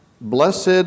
Blessed